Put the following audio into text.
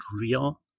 real